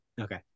Okay